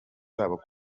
zabo